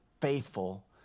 faithful